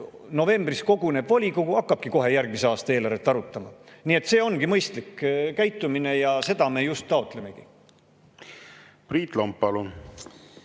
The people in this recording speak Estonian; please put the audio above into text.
novembris koguneb volikogu ja hakkabki kohe järgmise aasta eelarvet arutama. Nii et see ongi mõistlik käitumine ja seda me just taotlemegi. Aitäh!